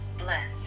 Bless